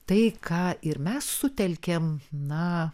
tai ką ir mes sutelkėm na